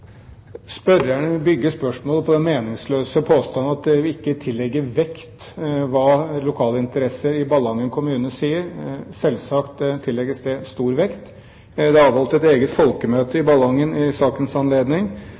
bygger spørsmålet på den meningsløse påstand at vi ikke tillegger vekt hva lokale interesser i Ballangen kommune sier. Selvsagt tillegges det stor vekt. Det ble avholdt et eget folkemøte i Ballangen i sakens anledning.